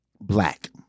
black